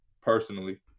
personally